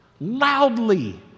loudly